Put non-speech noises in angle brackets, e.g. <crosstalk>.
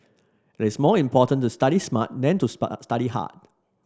it is more important to study smart than to <unintelligible> study hard